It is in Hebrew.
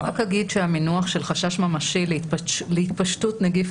אני רק אגיד שהמינוח של חשש ממשי להתפשטות נגיף